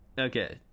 okay